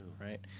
right